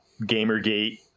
GamerGate